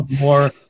more